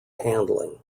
handling